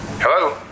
Hello